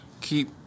Keep